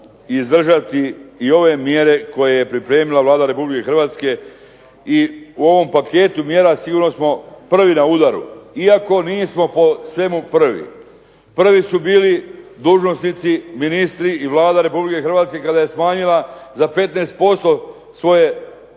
izdržati i ove mjere koje je pripremila Vlada Republike Hrvatske i u ovom paketu mjera sigurno smo prvi na udaru iako nismo po svemu prvi. Prvi su bili dužnosnici, ministri i Vlada Republike Hrvatske kada je smanjila za 15% svoja